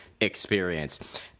experience